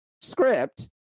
script